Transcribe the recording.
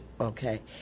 Okay